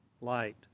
light